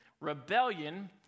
Rebellion